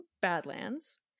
Badlands